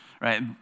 right